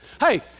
hey